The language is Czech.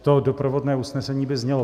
To doprovodné usnesení by znělo: